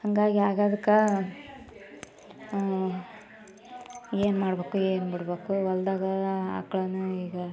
ಹಾಗಾಗಿ ಆಗೋದ್ಕೆ ಏನ್ಮಾಡಬೇಕೊ ಏನ್ಬಿಡಬೇಕೊ ಹೊಲದಾಗ ಆಕಳನ್ನ ಈಗ